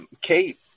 Kate